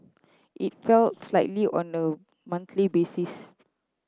it fell slightly on a monthly basis